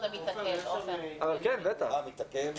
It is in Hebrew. שמבחינתנו שווה ערך לרמטכ"ל.